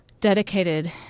dedicated